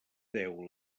deu